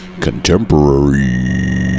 Contemporary